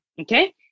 okay